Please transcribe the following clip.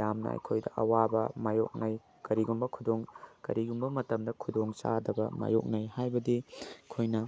ꯌꯥꯝꯅ ꯑꯩꯈꯣꯏꯗ ꯑꯋꯥꯕ ꯃꯥꯏꯌꯣꯛꯅꯩ ꯀꯔꯤꯒꯨꯝꯕ ꯈꯨꯗꯣꯡ ꯀꯔꯤꯒꯨꯝꯕ ꯃꯇꯝꯗ ꯈꯨꯗꯣꯡꯆꯥꯗꯕ ꯃꯥꯏꯌꯣꯛꯅꯩ ꯍꯥꯏꯕꯗꯤ ꯑꯩꯈꯣꯏꯅ